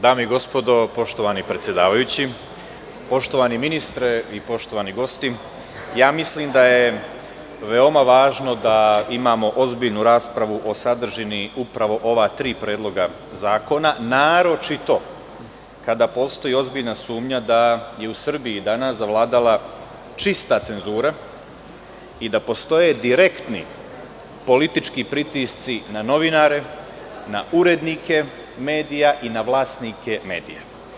Dame i gospodo, poštovani predsedavajući, poštovani ministre i poštovani gosti, mislim da je veoma važno da imamo ozbiljnu raspravu o sadržini upravo ova tri predloga zakona, naročito kada postoji ozbiljna sumnja da je u Srbiji danas zavladala čista cenzura i da postoje direktni politički pritisci na novinare, na urednike medija i na vlasnike medija.